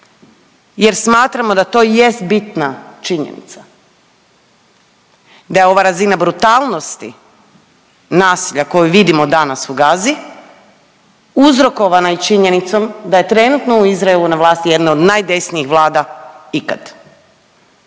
jer smatramo da to jest bitna činjenica da je ova razina brutalnosti nasilja koju vidimo danas u Gazi uzrokovana i činjenicom da je trenutno u Izraelu na vlasti jedna od najdesnijih vlada ikad